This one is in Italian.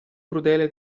crudele